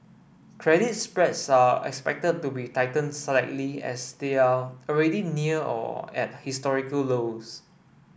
credit spreads are expected to be tightened slightly as they are already near or at historical lows